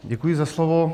Děkuji za slovo.